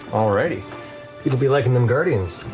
all righty. people be liking them guardians.